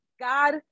God